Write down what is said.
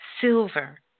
silver